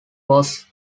was